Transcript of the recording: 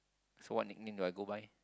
so what nickname do I go by